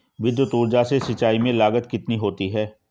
विद्युत ऊर्जा से सिंचाई में लागत कितनी होती है?